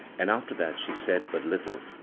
and after that she said but lit tle,